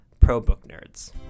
PROBOOKNERDS